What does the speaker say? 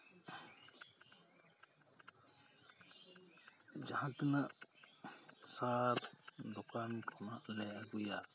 ᱡᱟᱦᱟᱸᱛᱤᱱᱟᱹᱜ ᱥᱟᱨ ᱫᱚᱠᱟᱱ ᱠᱷᱚᱱᱟᱜ ᱞᱮ ᱟ ᱜᱩᱭᱟ